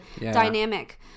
dynamic